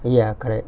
ya correct